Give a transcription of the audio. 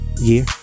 year